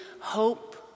hope